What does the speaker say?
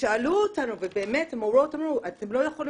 שאלו אותנו והמורות אמרו שהם לא יכולים